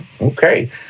Okay